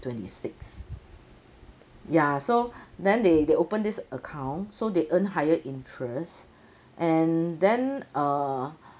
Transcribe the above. twenty six ya so then they they open this account so they earn higher interest and then uh